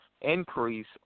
increase